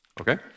Okay